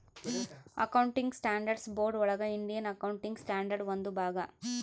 accounting standards board ಒಳಗ Indian accounting standard ಒಂದು ಭಾಗ